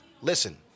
Listen